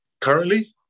Currently